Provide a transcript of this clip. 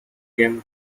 game